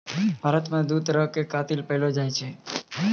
भारत मे दु तरहो के कातिल पैएलो जाय छै